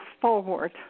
forward